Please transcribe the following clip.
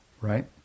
right